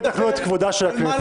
ובטח לא את כבודה של הכנסת.